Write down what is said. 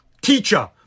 teacher